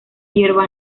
hierba